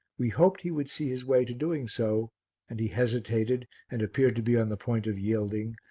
we hoped he would see his way to doing so and he hesitated and appeared to be on the point of yielding,